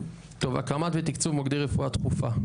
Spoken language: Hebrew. הקמת ותקצוב מוקדי רפואה דחופה.